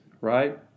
right